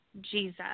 Jesus